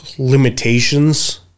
limitations